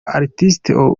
artist